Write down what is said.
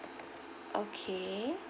okay